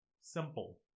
simple